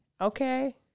Okay